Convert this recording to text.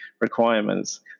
requirements